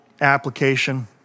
application